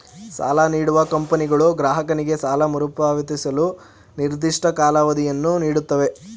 ಸಾಲ ನೀಡುವ ಕಂಪನಿಗಳು ಗ್ರಾಹಕನಿಗೆ ಸಾಲ ಮರುಪಾವತಿಸಲು ನಿರ್ದಿಷ್ಟ ಕಾಲಾವಧಿಯನ್ನು ನೀಡುತ್ತವೆ